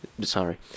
sorry